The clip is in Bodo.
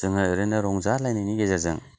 जोङो ओरैनो रंजा लायनायनि गेजेरजों